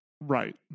right